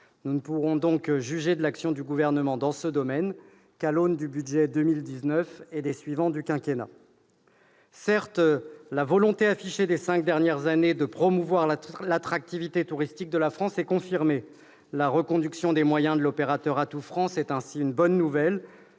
Nous ne pourrons donc juger de l'action du Gouvernement dans ce domaine qu'à l'aune du budget 2019 et des suivants du quinquennat. Certes, la volonté affichée ces cinq dernières années de promouvoir l'attractivité touristique de la France est confirmée : la reconduction des moyens de l'opérateur Atout France est une bonne nouvelle,